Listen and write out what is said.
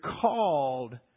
called